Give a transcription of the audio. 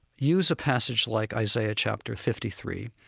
use a passage like isaiah chapter fifty three,